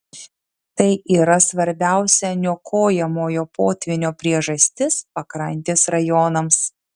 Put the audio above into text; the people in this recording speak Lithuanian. tai yra svarbiausia niokojamojo potvynio priežastis pakrantės rajonams